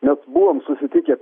mes buvom susitikę